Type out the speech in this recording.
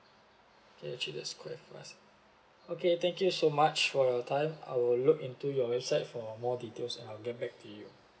okay actually that's quite fast okay thank you so much for your time I'll look into your website for more details and I'll get back to you